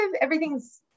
everything's